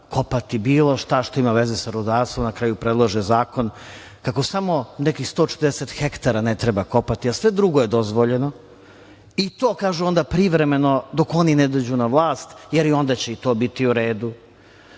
kopati bilo šta što ima veze sa rudarstvom na kraju predlaže zakon, kako samo nekih 140 hektara treba kopati, a sve drugo je dozvoljeno i to kažu onda privremeno dok oni ne dođu na vlast, jer i onda će i to biti u redu. Čuli